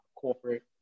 corporate